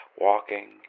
walking